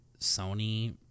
Sony